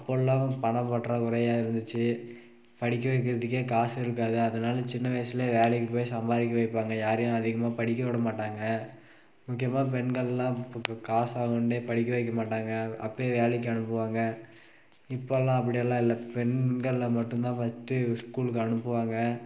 அப்போயெல்லாம் பணம் பற்றாக்குறையாக இருந்துச்சு படிக்க வைக்கிறதுக்கே காசு இருக்காது அதனால சின்ன வயசுலேயே வேலைக்கு போய் சம்பாதிக்க வைப்பாங்க யாரையும் அதிகமாக படிக்க விட மாட்டாங்க முக்கியமாக பெண்களெலாம் காசு ஆகுன்னே படிக்க வைக்க மாட்டாங்க அப்பேயே வேலைக்கு அனுப்புவாங்க இப்பெல்லாம் அப்படி எல்லாம் இல்லை பெண்களை மட்டும்தான் ஃபஸ்டு ஸ்கூலுக்கு அனுப்புவாங்க